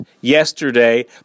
yesterday